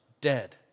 dead